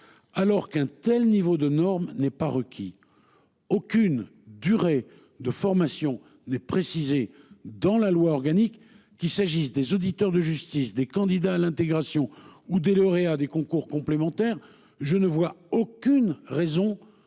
Alors qu'un tel niveau de normes n'est pas requis. Aucune durée de formation n'est précisé dans la loi organique, qu'il s'agisse des auditeurs de justice des candidats à l'intégration ou des lauréats des concours complémentaires. Je ne vois aucune raison de